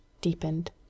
deepened